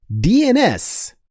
DNS